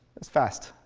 it's fast,